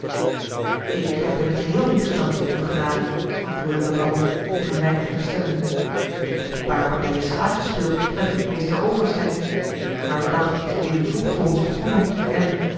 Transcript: ik heb in t geheel niet gedanst uwe genade antwoordde de baron zich een weinig herstellende ik heb een paar prrtijen schaak gespeeld met ritmeester overstein maar de dag is heden vroeg voor ons begonnen en